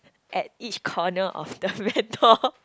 at each corner of the vendor